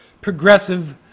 progressive